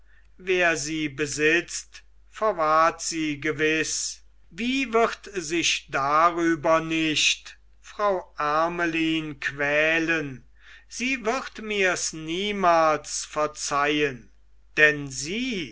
wer sie besitzt verwahrt sie gewiß wie wird sich darüber nicht frau ermelyn quälen sie wird mirs niemals verzeihen denn sie